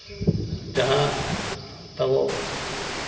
ᱡᱟᱦᱟᱸ ᱛᱟᱵᱚ